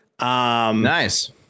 Nice